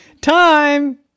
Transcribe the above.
Time